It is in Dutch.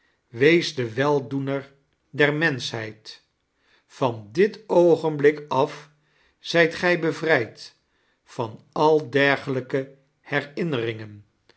wees de weldoener der menschheid van dit oogenblik af zijt gij bevrijd van al dergelijke herinneringen